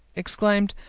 exclaimed,